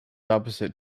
opposite